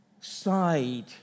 side